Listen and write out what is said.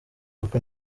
kuko